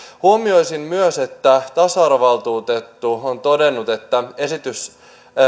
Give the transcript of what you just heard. huomioisin myös että tasa arvovaltuutettu on todennut että esitys